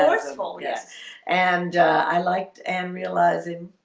yes and i liked and realizing